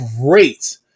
great